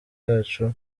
yacu